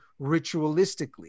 ritualistically